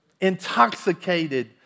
intoxicated